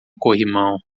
corrimão